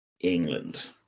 England